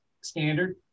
standard